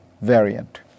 variant